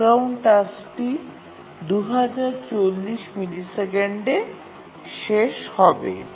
background টাস্কটি ২০৪০ মিলিসেকেন্ডে শেষ হবে